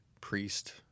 priest